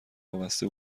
وابسته